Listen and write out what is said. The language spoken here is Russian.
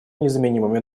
незаменимыми